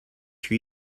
you